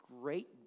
great